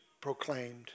proclaimed